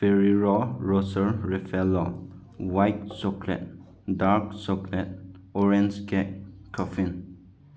Ferrero Rocher Raffaello white chocolate dark chocolate orange cake caffeine